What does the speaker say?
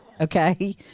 okay